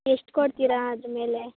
ಎಷ್ಟು ಕೊಡ್ತೀರಾ ಅದ್ರ ಮೇಲೆ